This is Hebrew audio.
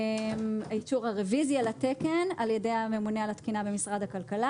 אישור הרוויזיה לתקן על ידי הממונה על התקינה במשרד הכלכלה.